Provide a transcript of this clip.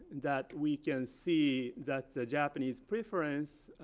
that we can see that the japanese preference